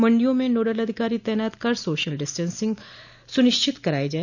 मण्डियों में नोडल अधिकारी तैनात कर सोशल डिस्टेंसिंग सुनिश्चित करायी जाए